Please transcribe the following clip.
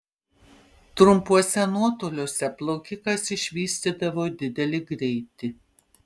trumpuose nuotoliuose plaukikas išvystydavo didelį greitį